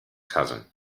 cousin